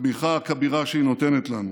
לתמיכה הכבירה שהיא נותנת לנו,